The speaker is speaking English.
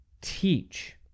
teach